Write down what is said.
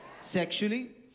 Sexually